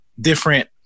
different